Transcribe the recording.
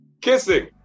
Kissing